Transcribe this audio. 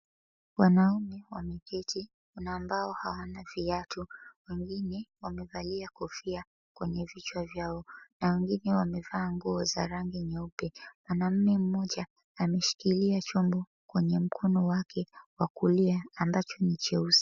Wanaume wameketi. Kuna ambao hawana viatu, wengine wamevalia kofia kwenye vichwa vyao, na wengine wamevaa nguo za rangi nyeupe. Mwanaume mmoja ameshikilia chombo kwenye mkono wake wa kulia ambacho ni cheusi.